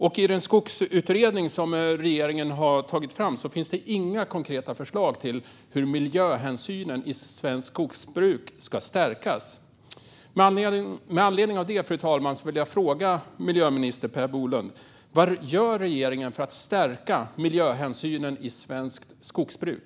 I den skogsutredning som regeringen har tagit fram finns det inga konkreta förslag till hur miljöhänsynen i svenskt skogsbruk ska stärkas. Fru talman! Med anledning av detta vill jag fråga miljöminister Per Bolund: Vad gör regeringen för att stärka miljöhänsynen i svenskt skogsbruk?